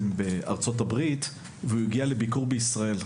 בארצות הברית והוא הגיע לביקור בישראל.